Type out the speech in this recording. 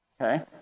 Okay